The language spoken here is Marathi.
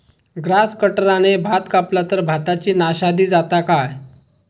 ग्रास कटराने भात कपला तर भाताची नाशादी जाता काय?